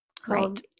Great